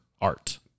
Art